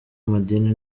amadini